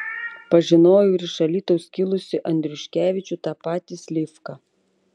pažinojau ir iš alytaus kilusį andriuškevičių tą patį slivką